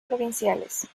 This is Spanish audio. provinciales